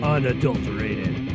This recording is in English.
Unadulterated